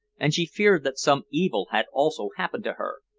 and she feared that some evil had also happened to her.